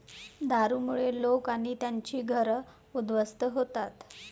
दारूमुळे लोक आणि त्यांची घरं उद्ध्वस्त होतात